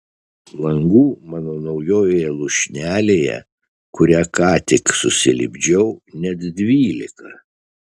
langų mano naujoje lūšnelėje kurią ką tik susilipdžiau net dvylika